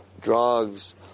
drugs